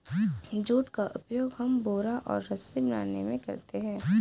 jute का उपयोग हम बोरा और रस्सी बनाने में करते हैं